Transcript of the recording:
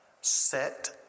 set